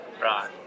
Right